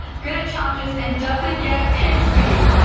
good at challenges and doesn't get pigs feet.